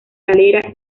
calera